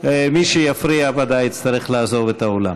מי שיפריע ודאי יצטרך לעזוב את האולם.